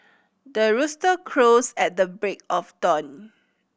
the rooster crows at the break of dawn